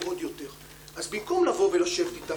22 באפריל 2020. נתחיל עם הודעה למזכירת הכנסת,